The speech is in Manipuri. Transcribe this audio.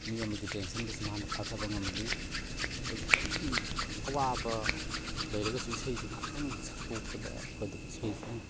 ꯃꯤ ꯑꯃꯒꯤ ꯇꯦꯟꯁꯟꯕꯨꯁꯨ ꯃꯅꯥ ꯐꯥꯊꯕ ꯉꯝꯍꯜꯂꯤ ꯑꯗꯨꯒ ꯑꯩꯒꯤ ꯑꯋꯥꯕ ꯂꯩꯔꯒꯁꯨ ꯏꯁꯩꯁꯤ ꯉꯍꯥꯛꯇꯪ ꯁꯛꯇꯣꯛꯄꯗ ꯑꯩꯈꯣꯏꯗ ꯏꯁꯩꯁꯤꯅ